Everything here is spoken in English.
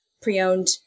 pre-owned